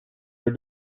are